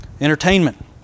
entertainment